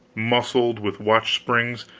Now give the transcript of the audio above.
muscled with watchsprings,